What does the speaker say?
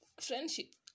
friendship